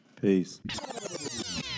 Peace